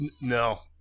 no